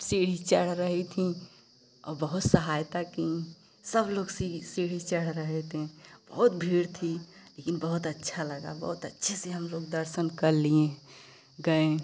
सीढ़ी चढ़ रही थी औ बहुत सहायता की सब लोग सीढ़ी सीढ़ी चढ़ रहे थे बहुत भीड़ थी लेकिन बहुत अच्छा लगा बहुत अच्छे से हम लोग दर्शन कर लिए गए